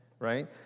right